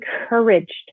encouraged